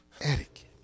Etiquette